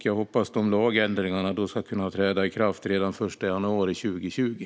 Jag hoppas att lagändringarna ska kunna träda i kraft redan den 1 januari 2020.